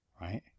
Right